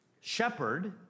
shepherd